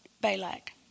Balak